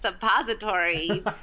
suppository